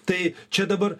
tai čia dabar